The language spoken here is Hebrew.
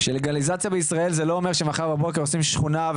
לגליזציה בישראל זה לא אומר שמחר בבוקר עושים שכונה,